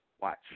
Watch